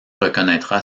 reconnaîtra